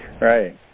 Right